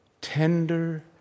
tender